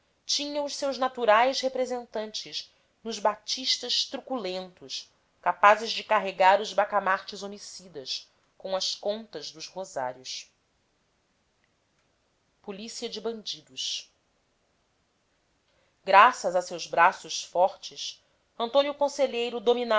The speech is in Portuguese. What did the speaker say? tinha os seus naturais representantes nos batistas truculentos capazes de carregar os bacamartes homicidas com as contas dos rosários polícia de bandidos graças a seus braços fortes antônio conselheiro